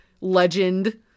legend